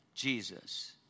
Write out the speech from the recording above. Jesus